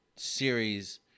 Series